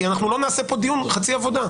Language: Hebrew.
כי אנחנו לא נעשה פה דיון שהוא חצי עבודה.